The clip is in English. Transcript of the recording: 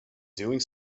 doing